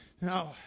No